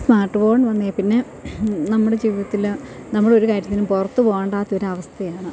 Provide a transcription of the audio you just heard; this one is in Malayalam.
സ്മാർട്ട് ഫോൺ വന്നതിൽപ്പിന്നെ നമ്മുടെ ജീവിതത്തിൽ നമ്മൾ ഒരു കാര്യത്തിനും പുറത്തു പോകേണ്ടാത്തൊരവസ്ഥയാണ്